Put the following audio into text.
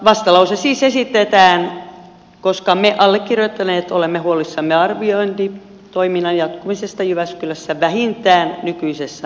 vastalause siis esitetään koska me allekirjoittaneet olemme huolissamme arviointitoiminnan jatkumisesta jyväskylässä vähintään nykyisessä laajuudessaan